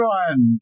one